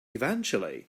eventually